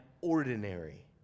ordinary